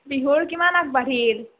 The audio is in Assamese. বিহুৰ কিমান আগবাঢ়িল